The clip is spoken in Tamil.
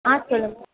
ஆ சொல்லுங்கள்